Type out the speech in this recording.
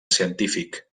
científic